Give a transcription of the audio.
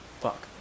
fuck